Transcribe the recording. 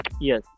Yes